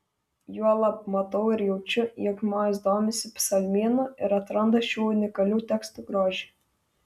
juolab matau ir jaučiu jog žmonės domisi psalmynu ir atranda šių unikalių tekstų grožį